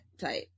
type